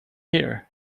here